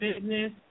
business